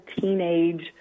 teenage